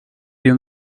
you